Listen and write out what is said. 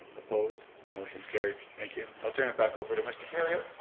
opposed? the motion's carried. thank you. i'll turn it back over to mr. kerrio.